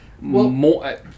More